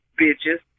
bitches